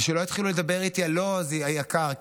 ושלא יתחילו לדבר איתי, לא, זה יהיה יקר.